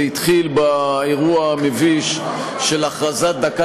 זה התחיל באירוע המביש של הכרזת דקת